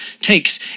takes